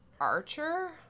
archer